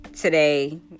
today